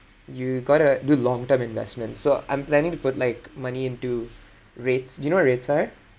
you got to do long term investment so I'm planning to put like money into REITs do you know what REITs are